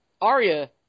Arya